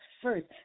first